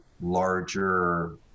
larger